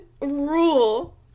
rule